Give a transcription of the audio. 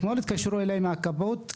אתמול התקשרו אליי מהכבאות,